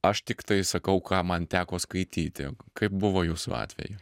aš tiktai sakau ką man teko skaityti kaip buvo jūsų atveju